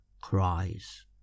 cries